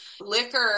liquor